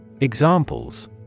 Examples